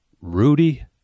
Rudy